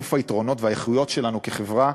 ומינוף היתרונות והאיכויות שלנו כחברה,